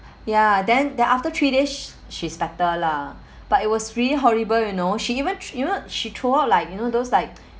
ya then then after three days she's better lah but it was really horrible you know she even you know she throw up like you know those like